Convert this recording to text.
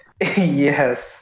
Yes